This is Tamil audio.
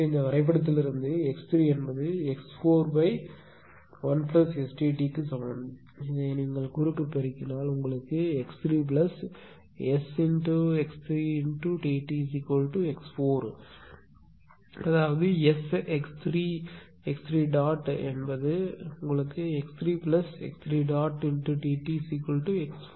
எனவே இந்த வரைபடத்திலிருந்து x3 x41STt க்கு சமம் பிறகு குறுக்கு பெருக்கத்திற்கு செல்லுங்கள் x3Sx3Ttx4 அதாவது Sx3 ̇